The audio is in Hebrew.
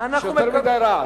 יש יותר מדי רעש.